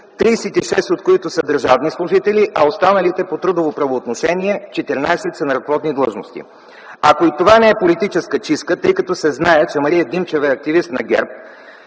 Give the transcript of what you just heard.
36 от които са държавни служители, а останалите – по трудово правоотношение, 14 са на ръководни длъжности. Ако и това не е политическа чистка, тъй като се знае, че Мария Димчева е активист на ГЕРБ,